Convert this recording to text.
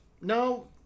no